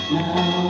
now